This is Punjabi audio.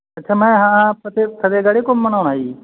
ਅੱਛਾ ਮੈਂ ਹਾਂ ਫਤਿਹ ਫਤਿਹਗੜ੍ਹ ਘੁੰਮਣ ਆਉਣਾ ਜੀ